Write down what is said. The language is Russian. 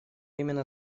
именно